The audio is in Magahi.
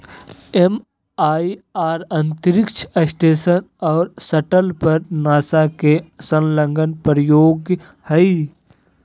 एम.आई.आर अंतरिक्ष स्टेशन और शटल पर नासा के संलग्न प्रयोग हइ